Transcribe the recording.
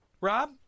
Rob